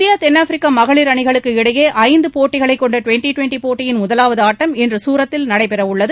India தென்னாப்பிரிக்கா மகளிர் அணிகளுக்கு இடையேயான ஐந்து போட்டிகளைக்கொண்ட டுவெள்டி டுவெள்டி போட்டியின் முதலாவது ஆட்டம் இன்று சூரத்தில் நடைபெறவுள்ளது